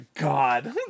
God